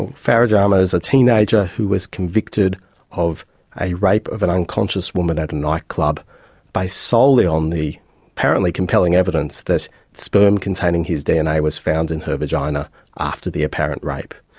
and farah jama is a teenager who was convicted of a rape of an unconscious woman at a nightclub based solely on the apparently compelling evidence that sperm containing his dna was found in her vagina after the apparent rape.